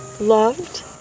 Loved